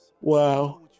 Wow